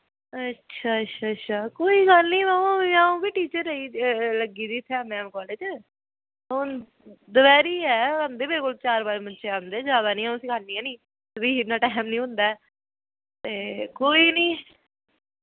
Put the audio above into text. अच्छ अच्छा अच्छा कोई गल्ल नी अ'ऊं अ'ऊं बी टीचर रेही लग्गी दी इत्थै एम ए एम कालेज हून दपैह्री ऐ औंदे मेरे कोल चार पंज बच्चे औंदे ज्यादा नी अ'ऊं सिखानी होन्नी फ्ही इ'न्ना टैम नी होंदा ऐ ते कोई नी